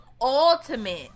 ultimate